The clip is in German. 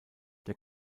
der